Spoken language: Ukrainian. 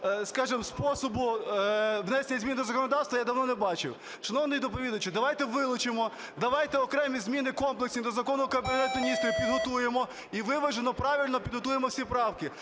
скажімо, способу внесення змін до законодавства я давно не бачив. Шановний доповідачу, давайте вилучимо, давайте окремі зміни комплексні до Закону про Кабінет Міністрів підготуємо і виважено, правильно підготуємо всі правки.